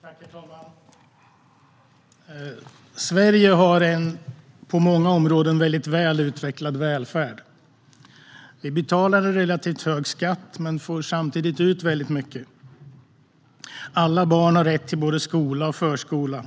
Herr talman! Sverige har en på många områden väldigt väl utvecklad välfärd. Vi betalar en relativt hög skatt men får samtidigt ut väldigt mycket. Alla barn har rätt till både skola och förskola.